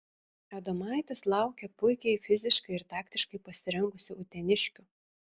adomaitis laukia puikiai fiziškai ir taktiškai pasirengusių uteniškių